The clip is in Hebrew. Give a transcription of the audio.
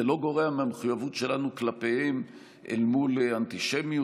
זה לא גורע מהמחויבות שלנו כלפיהם אל מול האנטישמיות,